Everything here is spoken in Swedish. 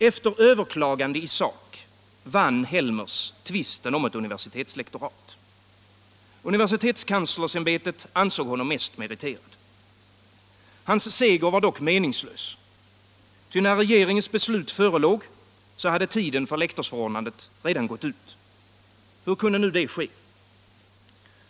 Efter överklagande i sak vann Helmers tvisten om ett universitetslektorat. Universitetskanslersämbetet ansåg honom mest meriterad. Hans seger var dock meningslös, ty när regeringens beslut förelåg hade tiden för lektorsförordnandet redan gått ut. Hur kunde det ske?